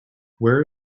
where